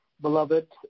Beloved